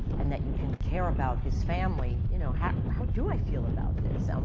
and that you can care about his family, you know how how do i feel about this? um